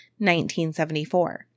1974